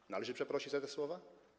Czy należy przeprosić za te słowa?